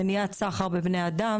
מניעת סחר בבני אדם,